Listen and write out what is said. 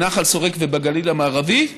בנחל שורק ובגליל המערבי,